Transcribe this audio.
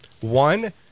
one